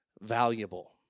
valuable